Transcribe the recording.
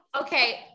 Okay